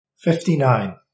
Fifty-nine